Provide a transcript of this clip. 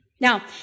Now